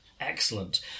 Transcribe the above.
Excellent